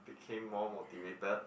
became more motivated